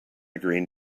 green